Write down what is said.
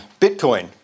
Bitcoin